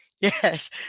yes